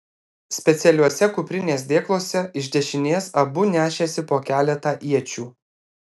specialiuose kuprinės dėkluose iš dešinės abu nešėsi po keletą iečių